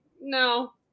no